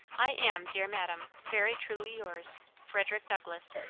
i am, dear madam, very truly yours, frederick douglass.